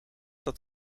dat